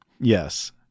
Yes